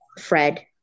Fred